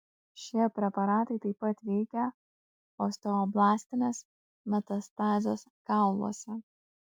šie preparatai taip pat veikia osteoblastines metastazes kauluose